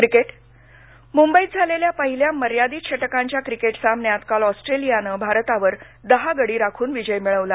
cricket मुंबईत झालेल्या पहिल्या मर्यादित षटकांच्या क्रिकेट सामन्यात काल ऑस्ट्रेलियानं भारतावर दहा गडी राखून विजय मिळवला